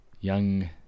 young